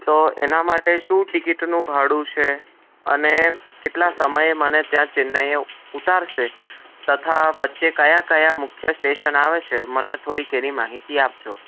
તો એના માટે શું ટિકિટનું ભાડું છે અને કેટલા સમય એ મને ત્યાં ચેન્નાઈ ઉતારશે તથા વચ્ચે કયા કયા મુખ્ય સ્ટેશન આવે છે મને થોડીક એની માહિતી આપજો